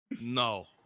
no